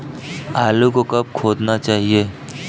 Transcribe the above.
आलू को कब खोदना चाहिए?